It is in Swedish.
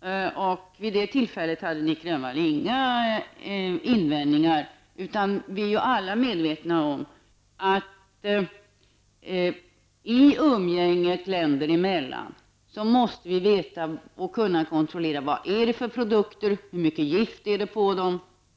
fram. Vid det tillfället hade Nic Grönvall inga invändningar. Vi är alla medvetna om att vi i umgänget länder emellan måste ha kunskap och kunna kontrollera. Vad är det för produkter? Hur mycket gift är det på dem?